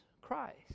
Christ